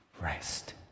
rest